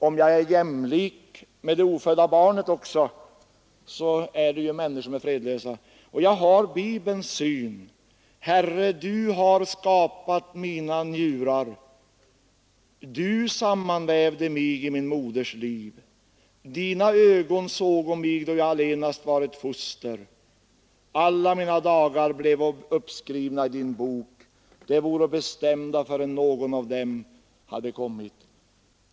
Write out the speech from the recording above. Om vi är jämlika med det ofödda barnet, så är vi också fredlösa. Jag har Bibelns syn på dessa ting: Herre, Du har skapat mina njurar, Du sammanvävde mig i min moders liv, Dina ögon sågo mig då jag allenast var ett foster, alla mina dagar blevo uppskrivna i Din bok, de voro bestämda förrän någon av dem hade kommit.